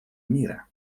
мира